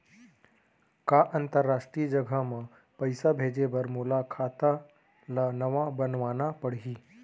का अंतरराष्ट्रीय जगह म पइसा भेजे बर मोला खाता ल नवा बनवाना पड़ही?